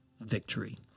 victory